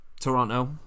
Toronto